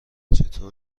چطور